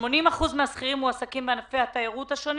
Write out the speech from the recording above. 80% מהשכירים מועסקים בענפי התיירות השונים